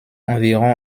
environ